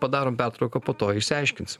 padarom pertrauką po to išsiaiškinsim